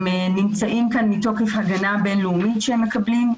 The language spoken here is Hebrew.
הם נמצאים כאן מתוקף הגנה בין-לאומית שהם מקבלים,